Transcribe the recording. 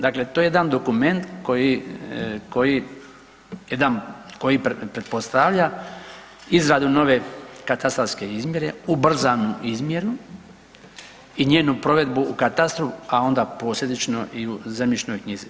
Dakle, to je jedan dokument koji jedan koji pretpostavlja izradu nove katastarske izmjere, ubrzanu izmjenu i njenu provedbu u katastru, a onda posljedično i u zemljišnoj knjizi.